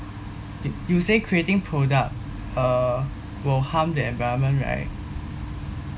d~ you say creating product uh will harm the environment right